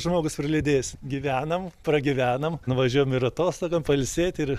žmogus ir liūdės gyvenam pragyvenam nuvažiuojam ir atostogom pailsėti ir